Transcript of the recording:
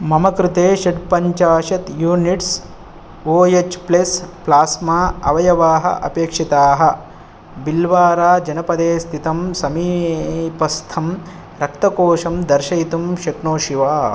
मम कृते षट्पञ्चाशत् units O H plus plasma अवयवाः अपेक्षिताः भिल्वारा जनपदे स्थितं समीपस्थं रक्तकोषं दर्शयितुं शक्नोषि वा